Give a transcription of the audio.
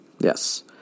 Yes